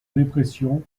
dépression